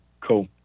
Cool